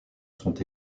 sont